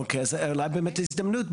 אוקיי, אולי זו באמת הזדמנות.